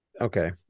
Okay